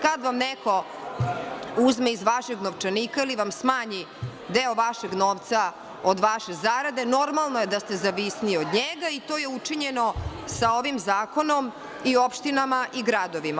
Kada vam neko uzme iz vašeg novčanika ili vam smanji deo vašeg novca od vaše zarade, normalno je da ste zavisniji od njega, i to je učinjeno sa ovim zakonom i opštinama i gradovima.